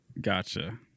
Gotcha